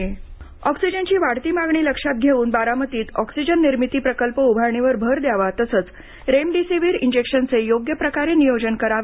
अजित पवार ऑक्सिजनची वाढती मागणी लक्षात घेऊन बारामतीत ऑक्सिजन निर्मिती प्रकल्प उभारणीवर भर द्यावा रेमडीसीवर इंजेक्शनचे योग्य प्रकारे नियोजन करा